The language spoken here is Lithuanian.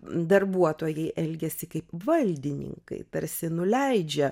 darbuotojai elgiasi kaip valdininkai tarsi nuleidžia